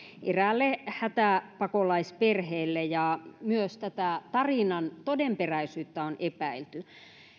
eräälle hätäpakolaisperheelle ja myös tarinan todenperäisyyttä on epäilty